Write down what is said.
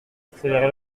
accélérer